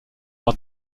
par